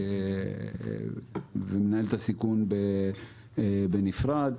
הסיכון בנפרד,